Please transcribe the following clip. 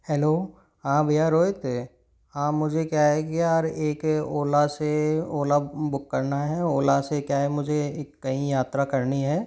hello हाँ भैया रोहित हाँ मुझे क्या है कि यार एक ओला से ओला बुक करना है ओला से क्या है मुझे एक कहीं यात्रा करनी है